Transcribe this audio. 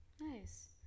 Nice